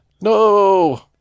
No